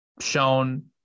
shown